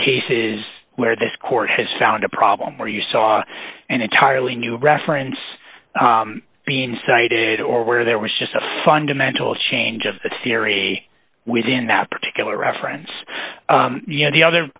cases where this court has found a problem where you saw an entirely new reference being cited or where there was just a fundamental change of the theory within that particular reference you know the other